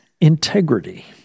integrity